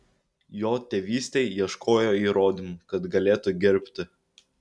jo tėvystei ieškojo įrodymų kad galėtų gerbti